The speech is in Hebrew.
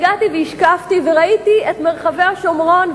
הגעתי והשקפתי וראיתי את מרחבי השומרון,